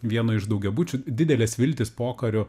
vieno iš daugiabučių didelės viltys pokariu